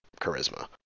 charisma